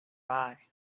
eye